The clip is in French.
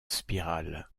spirale